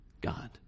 God